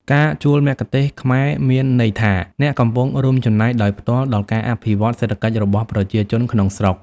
ការជួលមគ្គុទ្ទេសក៍ខ្មែរមានន័យថាអ្នកកំពុង រួមចំណែកដោយផ្ទាល់ ដល់ការអភិវឌ្ឍន៍សេដ្ឋកិច្ចរបស់ប្រជាជនក្នុងស្រុក។